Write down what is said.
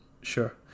Sure